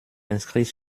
inscrit